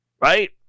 right